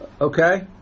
Okay